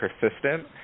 persistent